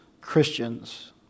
Christians